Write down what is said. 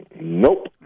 Nope